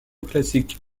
classiques